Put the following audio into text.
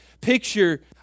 picture